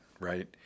right